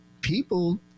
people